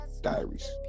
diaries